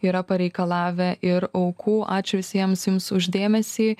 yra pareikalavę ir aukų ačiū visiems jums už dėmesį